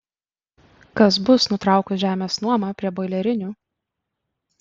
kas bus nutraukus žemės nuomą prie boilerinių